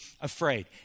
afraid